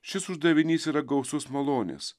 šis uždavinys yra gausus malonės